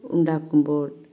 ഉണ്ടാക്കുമ്പോൾ